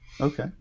okay